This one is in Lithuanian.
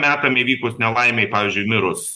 metam įvykus nelaimei pavyzdžiui mirus